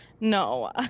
No